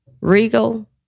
Regal